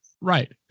Right